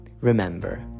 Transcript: Remember